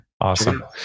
Awesome